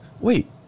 Wait